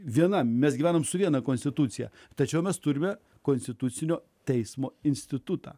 viena mes gyvename su viena konstitucija tačiau mes turime konstitucinio teismo institutą